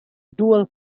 dual